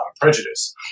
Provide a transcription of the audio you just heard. prejudice